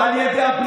עזוב את אימא שלך,